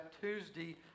Tuesday